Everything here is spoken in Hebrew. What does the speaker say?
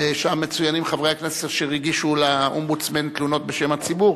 ושם מצוינים חברי הכנסת אשר הגישו לאומבודסמן תלונות בשם הציבור,